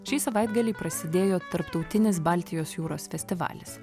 šį savaitgalį prasidėjo tarptautinis baltijos jūros festivalis